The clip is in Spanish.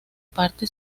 parte